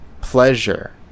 Pleasure